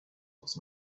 looks